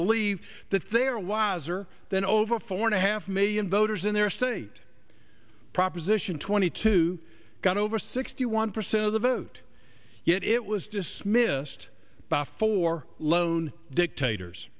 believe that there was or than over four and a half million voters in their state proposition twenty two got over sixty one percent of the vote yet it was dismissed by four lone dictators